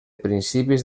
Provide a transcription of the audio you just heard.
principis